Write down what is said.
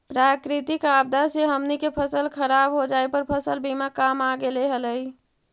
प्राकृतिक आपदा से हमनी के फसल खराब हो जाए पर फसल बीमा काम आ गेले हलई